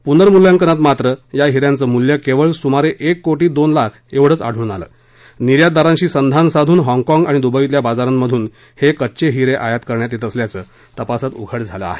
पूनर्मूल्यांकनात मात्र या हि यांचं मूल्य केवळ सुमारे एक कोटी दोन लाख एवढचं आढळन आलं निर्यातदारांशी संधान साधून हाँगकाँग आणि द्बईतल्या बाजारांमधून हे कच्चे हिरे आयात करण्यात येत असल्याचं तपासात उघड झालं आहे